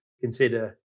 consider